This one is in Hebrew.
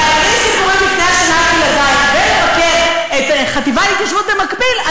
להביא סיפורים לפני השינה לילדייך ולבקר את החטיבה להתיישבות במקביל,